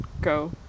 go